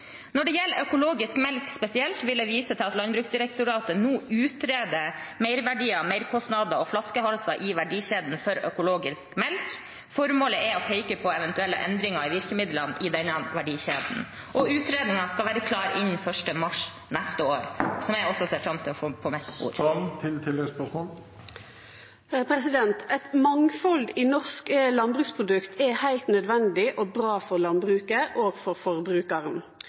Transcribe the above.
Når det gjelder økologisk melk spesielt, vil jeg vise til at Landbruksdirektoratet nå utreder merverdier, merkostnader og flaskehalser i verdikjeden for økologisk melk. Formålet er å peke på eventuelle endringer i virkemidlene i denne verdikjeden. Utredningen skal være klar innen 1. mars neste år, og jeg ser fram til å få den på mitt bord. Eit mangfald i norske landbruksprodukt er heilt naudsynt og bra for landbruket og